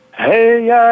hey